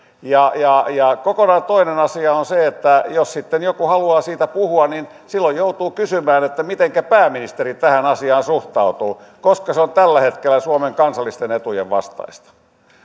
kokonaan toinen asia on se että jos sitten joku haluaa siitä puhua niin silloin joutuu kysymään mitenkä pääministeri tähän asiaan suhtautuu koska se on tällä hetkellä suomen kansallisten etujen vastaista